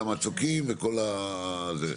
של המצוקים וכל הזה.